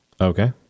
okay